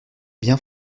bien